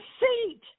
seat